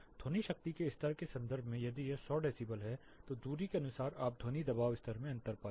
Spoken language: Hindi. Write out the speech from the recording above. ध्वनि शक्ति के स्तर के संदर्भ में यदि यह 100 डेसिबल है तो दूरी के अनुसार आप ध्वनि दबाव स्तर में अंतर पाते हैं